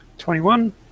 Twenty-one